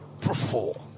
Perform